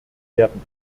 werden